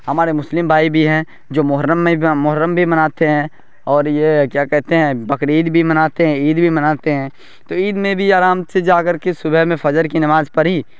ہمارے مسلم بھائی بھی ہیں جو محرم میں بھی محرم بھی مناتے ہیں اور یہ کیا کہتے ہیں بقرعید بھی مناتے ہیں عید بھی مناتے ہیں تو عید میں بھی آرام سے جا کر کے صبح میں فجر کی نماز پڑھی